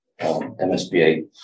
MSBA